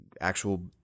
actual